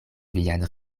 vian